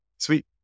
Sweet